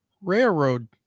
railroad